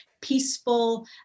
peaceful